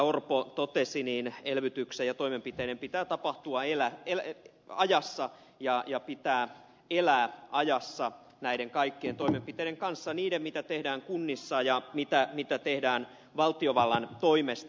orpo totesi elvytyksen ja toimenpiteiden pitää tapahtua ajassa ja pitää elää ajassa näiden kaikkien toimenpiteiden kanssa niiden mitä tehdään kunnissa ja mitä tehdään valtiovallan toimesta